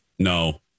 No